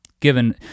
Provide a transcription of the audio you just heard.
Given